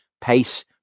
Pace